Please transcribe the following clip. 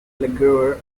laguerre